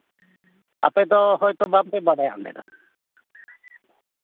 ᱟᱯᱮ ᱫᱚ ᱦᱚᱭᱛᱳ ᱵᱟᱝᱯᱮ ᱵᱟᱲᱟᱭᱟ ᱚᱸᱰᱮ ᱫᱚ